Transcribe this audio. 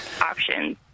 options